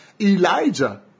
Elijah